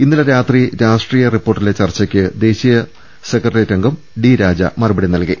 ഇന്നലെ രാത്രി രാഷ്ട്രീയ റിപ്പോർട്ടിലെ ചർച്ചക്ക് ദേശീയ സെക്രട്ടേറിയറ്റ് അംഗം ഡി രാജ മുപടി നൽകി